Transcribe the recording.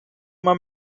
uma